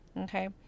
okay